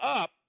up